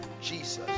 jesus